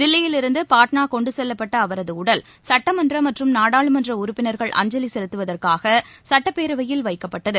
தில்லியிலிருந்து பாட்னா கொண்டு செல்லப்பட்ட அவரது உடல் சுட்டமன்ற மற்றும் நாடாளுமன்ற உறுப்பினர்கள் அஞ்சலி செலுத்துவதற்காக சட்டப்பேரவையில் வைக்கப்பட்டது